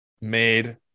made